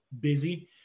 busy